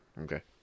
Okay